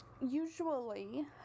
usually